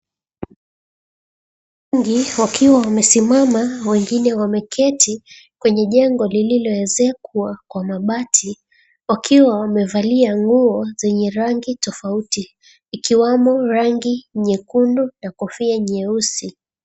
Watu wengi wakiwa wamesimama na wengine wameketi katika jengo lililoezekwa kwa mabati wakiwa wamevalia nguo zenye rangi tofauti ikiwemo rangi nyekundu na kofia nyeusi.